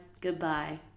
goodbye